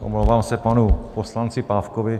Omlouvám se panu poslanci Pávkovi.